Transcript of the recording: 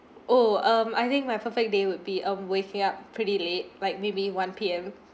oh um I think my perfect day would be um waking up pretty late like maybe one P_M